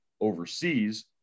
overseas